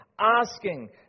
asking